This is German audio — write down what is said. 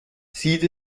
sieht